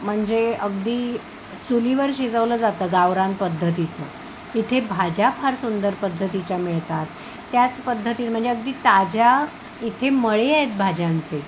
म्हणजे अगदी चुलीवर शिजवलं जातं गावरान पद्धतीचं इथे भाज्या फार सुंदर पद्धतीच्या मिळतात त्याच पद्धतीनं म्हणजे अगदी ताज्या इथे मळे आहेत भाज्यांचे